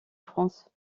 france